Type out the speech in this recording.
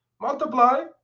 Multiply